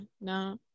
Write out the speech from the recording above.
no